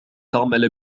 تعمل